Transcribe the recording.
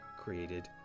created